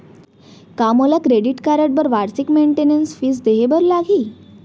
का मोला credit card बर वार्षिक मेंटेनेंस फीस देहे बर लागही?